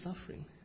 suffering